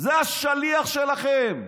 זה השליח שלכם.